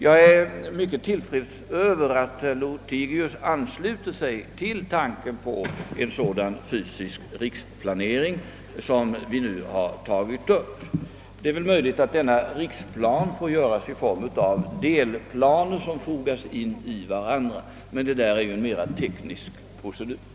Jag är mycket tillfredsställd över att herr Lothigius ansluter sig till tanken på den fysiska riksplanering som vi nu beslutat oss för. Det är möjligt att denna riksplan får upprättas i form av delplaner som sedan fogas in i varandra. Detta är emellertid mera ett tekniskt problem.